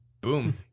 boom